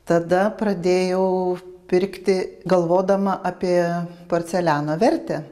tada pradėjau pirkti galvodama apie porceliano vertę